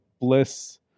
Bliss